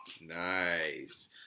Nice